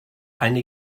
eine